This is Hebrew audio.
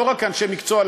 לא רק כאנשי מקצוע,